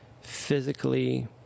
physically